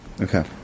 Okay